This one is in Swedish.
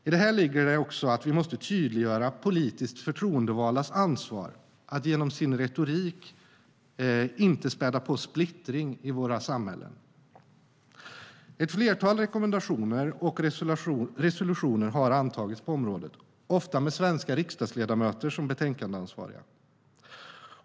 I detta ligger också att vi måste tydliggöra politiskt förtroendevaldas ansvar att genom sin retorik inte spä på splittring i våra samhällen. Ett flertal rekommendationer och resolutioner har antagits på området, ofta med svenska riksdagsledamöter som betänkandeansvariga.